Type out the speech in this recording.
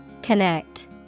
Connect